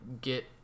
get